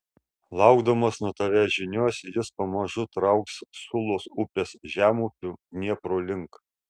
laukdamas nuo tavęs žinios jis pamažu trauks sulos upės žemupiu dniepro link